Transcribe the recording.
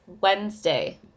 Wednesday